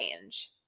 range